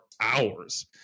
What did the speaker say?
hours